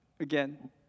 Again